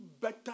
better